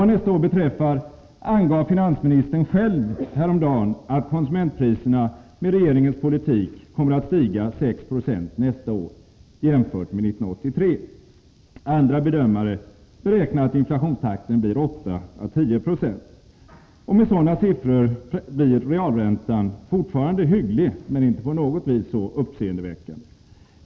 Vad nästa år beträffar angav finansministern själv häromdagen att konsumentpriserna med regeringens politik kommer att stiga 6 70 nästa år jämfört med 1983. Andra bedömare beräknar att inflationstakten blir 8 å 10 20. Med sådana siffror blir realräntan fortfarande hygglig men inte på något vis så uppseendeväckande.